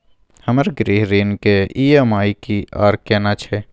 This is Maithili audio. हमर गृह ऋण के ई.एम.आई की आर केना छै?